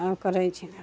आओर करैत छै